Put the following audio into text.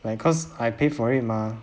when cause I paid for it mah